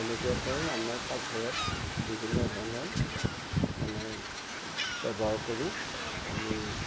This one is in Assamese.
এনেকুৱাকৈ আমাৰ পাকঘৰত বিভিন্ন ধৰণৰ মানে ব্যৱহাৰ কৰি আমি